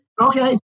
Okay